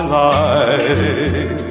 life